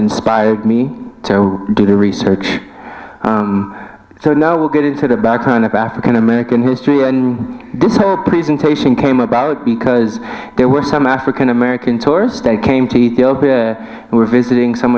inspire me to do the research so now we'll get into the background of african american history and presentation came about because there were some african american tours that came to ethiopia and were visiting some